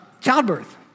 childbirth